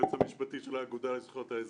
היועץ המשפטי של האגודה לזכויות האזרח.